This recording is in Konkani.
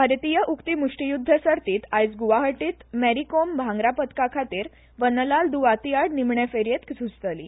भारतीय उक्त मुष्टियुध्द सर्तीत आयज गुवाहटीत मॅरी कॉम भांगरा पदकाखातीर वनलाल द्वाती आड निमाणे फेरयेत झूंजतली